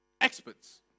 experts